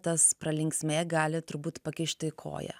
tas pralinksmėk gali turbūt pakišti koją